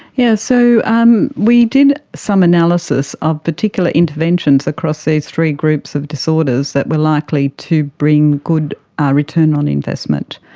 yes, so um we did some analysis of particular interventions across these three groups of disorders that were likely to bring good ah return on investment.